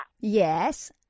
Yes